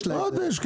חודש, כן.